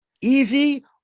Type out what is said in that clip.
easy